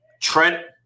Trent